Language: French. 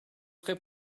très